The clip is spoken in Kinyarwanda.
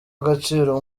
agaciro